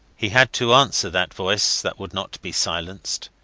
he had to answer that voice that would not be silenced.